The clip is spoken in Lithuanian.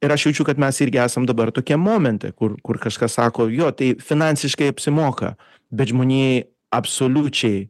ir aš jaučiu kad mes irgi esam dabar tokiam momente kur kur kažkas sako jo tai finansiškai apsimoka bet žmonijai absoliučiai